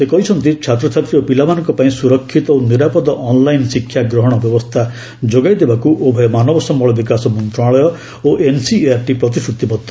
ସେ କହିଛନ୍ତି ଛାତ୍ରଛାତ୍ରୀ ଓ ପିଲାମାନଙ୍କ ପାଇଁ ସୁରକ୍ଷିତ ଓ ନିରାପଦ ଅନ୍ଲାଇନ୍ ଶିକ୍ଷା ଗ୍ରହଣ ବ୍ୟବସ୍ଥା ଯୋଗାଇ ଦେବାକୁ ଉଭୟ ମାନବ ସମ୍ଭଳ ବିକାଶ ମନ୍ତ୍ରଣାଳୟ ଓ ଏନ୍ସିଇଆର୍ଟି ପ୍ରତିଶ୍ରତିବଦ୍ଧ